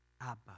Abba